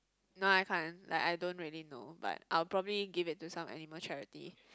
no I can't like I don't really know but I'll probably give it to some animal charity